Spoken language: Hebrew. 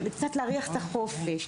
קצת להריח את החופש,